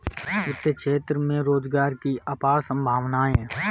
वित्तीय क्षेत्र में रोजगार की अपार संभावनाएं हैं